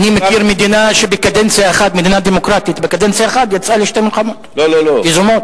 אני מכיר מדינה דמוקרטית שבקדנציה אחת יצאה לשתי מלחמות יזומות.